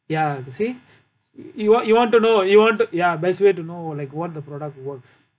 ya see you want you want to know you want to ya best way to know like what the product works